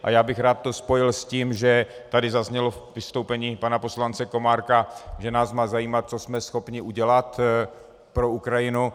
A já bych to rád spojil s tím, co tady zaznělo ve vystoupení pana poslance Komárka, že nás má zajímat, co jsme schopni udělat pro Ukrajinu.